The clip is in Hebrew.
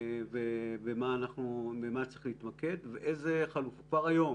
במה צריך להתמקד כבר היום